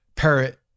Parrot